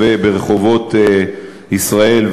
ברחובות ישראל,